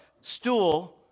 stool